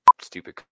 Stupid